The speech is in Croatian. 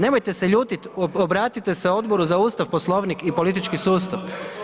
Nemojte se ljutiti, obratite se Odboru za Ustav, Poslovnik i politički sustav.